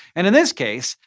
and in this case,